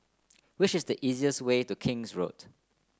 wish the easiest way to King's Road